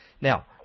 Now